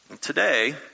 Today